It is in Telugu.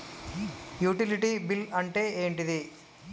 యుటిలిటీ బిల్ అంటే ఏంటిది?